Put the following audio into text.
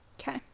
Okay